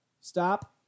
stop